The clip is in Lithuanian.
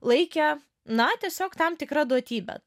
laikė na tiesiog tam tikra duotybe